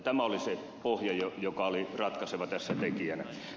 tämä oli se pohja joka oli ratkaiseva tässä tekijänä